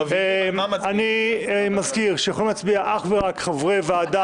אני מזכיר שיכולים להצביע אך ורק חברי ועדה